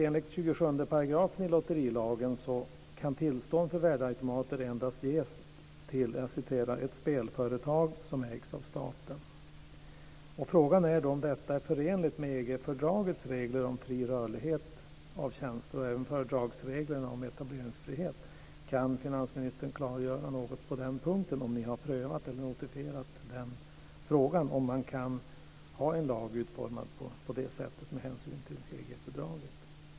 Enligt 27 § i lotterilagen kan tillstånd för värdeautomater endast ges "till ett spelföretag som ägs av staten". Frågan är om detta är förenligt med EG-fördragets regler om fri rörlighet av tjänster och även fördragsreglerna om etableringsfrihet. Kan finansministern klargöra något på den punkten? Har ni prövat eller notifierat frågan om man kan ha en lag utformad på det sättet med hänsyn till EG-fördraget?